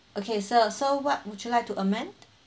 okay sir so what would you like to amend